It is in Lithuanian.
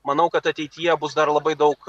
manau kad ateityje bus dar labai daug